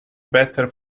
better